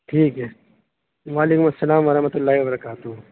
ٹھیک ہے و علیکم السلام و رحمتہ اللہ و برکاتہ